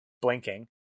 blinking